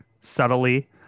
subtly